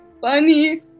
funny